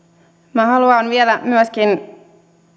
minä haluan vielä myöskin